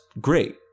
great